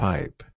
Pipe